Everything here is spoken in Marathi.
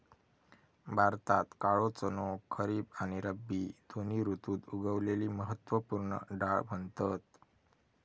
भारतात काळो चणो खरीब आणि रब्बी दोन्ही ऋतुत उगवलेली महत्त्व पूर्ण डाळ म्हणतत